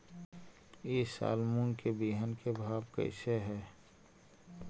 ई साल मूंग के बिहन के भाव कैसे हई?